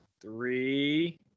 Three